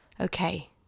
Okay